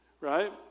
right